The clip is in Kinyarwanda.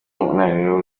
umunaniro